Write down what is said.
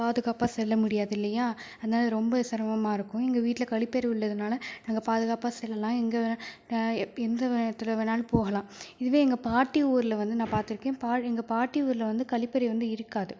பாதுகாப்பாக செல்ல முடியாது இல்லையா அதனால் ரொம்ப சிரமமாக இருக்கும் எங்கள் வீட்டில் கழிப்பறை உள்ளதுனால நாங்க பாதுகாப்பாக செல்லலாம் எங்கே வேணாலும் எப் எந்த நேரத்தில் வேணாலும் போகலாம் இதுவே எங்கள் பாட்டி ஊரில் வந்து நான் பார்த்துருக்கேன் பா எங்கள் பாட்டி ஊரில் வந்த கழிப்பறை வந்து இருக்காது